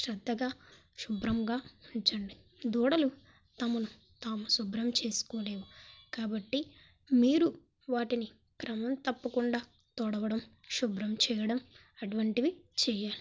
శ్రద్ధగా శుభ్రంగా ఉంచండి దూడలు తమను తాము శుభ్రం చేసుకోలేవు కాబట్టి మీరు వాటిని క్రమం తప్పకుండా తుడవడం శుభ్రం చేయడం అటువంటివి చేయాలి